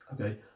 okay